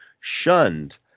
shunned